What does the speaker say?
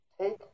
take